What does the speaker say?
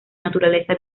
naturaleza